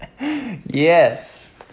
Yes